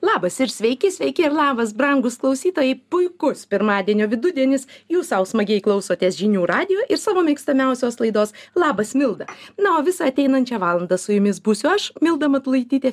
labas ir sveiki sveiki ir labas brangūs klausytojai puikus pirmadienio vidudienis jūs sau smagiai klausotės žinių radijo ir savo mėgstamiausios laidos laidos labas milda na o visą ateinančią valandą su jumis būsiu aš milda matulaitytė